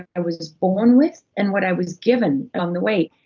i was born with, and what i was given on the way.